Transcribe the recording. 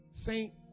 saint